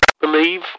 Believe